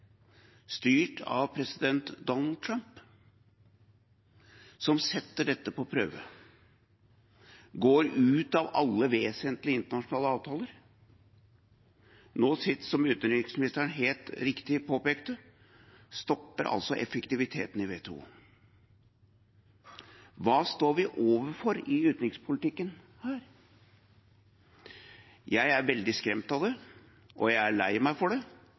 styrt av president Donald Trump, som setter dette på prøve. Man går ut av alle vesentlige internasjonale avtaler, og nå – som utenriksministeren helt riktig påpekte – stopper altså effektiviteten i WTO. Hva står vi overfor i utenrikspolitikken her? Jeg er veldig skremt av det, og jeg er lei meg for det,